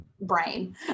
brain